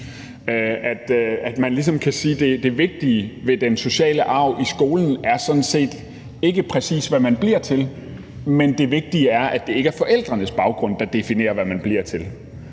det vigtige ved den sociale arv i skolen sådan set ikke er, præcis hvad man bliver til, men at det ikke er forældrenes baggrund, der definerer, hvad man bliver til.